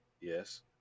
yes